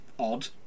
odd